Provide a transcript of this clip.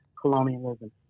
colonialism